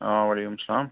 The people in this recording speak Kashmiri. آ وعلیکُم سَلام